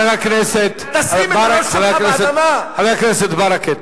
אבל הוא כל הזמן מפריע, חבר הכנסת ברכה,